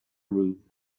room